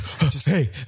Hey